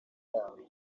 yabo